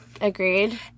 Agreed